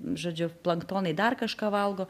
žodžiu planktonai dar kažką valgo